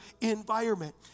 environment